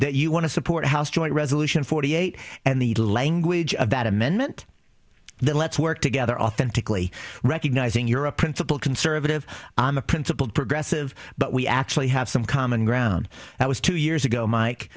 that you want to support house joint resolution forty eight and the language of that amendment let's work together authentically recognizing you're a principled conservative i'm a principled progressive but we actually have some common ground that was two years ago mike